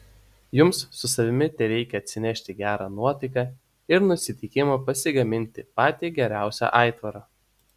jums su savimi tereikia atsinešti gerą nuotaiką ir nusiteikimą pasigaminti patį geriausią aitvarą